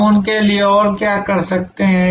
हम उनके लिए और क्या कर सकते हैं